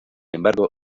embargo